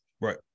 Right